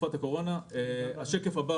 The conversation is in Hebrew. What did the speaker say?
בשקף הבא